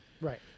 right